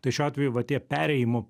tai šiuo atveju va tie perėjimo